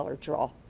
draw